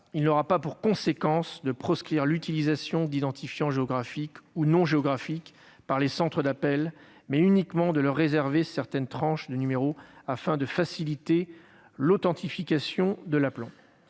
il n'aura pas pour conséquence de proscrire l'utilisation d'identifiants géographiques ou non géographiques par les centres d'appels, mais uniquement de leur réserver certaines tranches de numéros, afin de faciliter l'authentification de l'appelant.